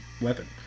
weapon